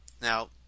Now